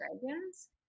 dragons